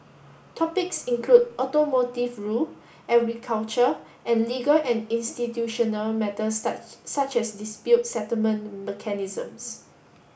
topics include automotive rule agriculture and legal and institutional matters such as dispute settlement mechanisms